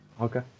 Okay